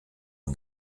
mon